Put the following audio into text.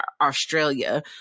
Australia